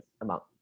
amount